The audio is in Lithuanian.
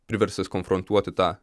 priverstas konfrontuoti tą